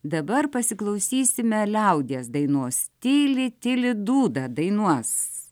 dabar pasiklausysime liaudies dainos tyli tyli dūdą dainuos